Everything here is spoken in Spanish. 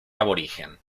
aborigen